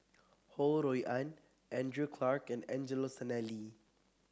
Ho Rui An Andrew Clarke and Angelo Sanelli